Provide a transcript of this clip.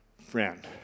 friend